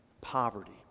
poverty